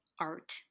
art